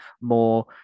more